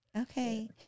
Okay